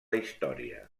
història